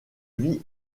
vie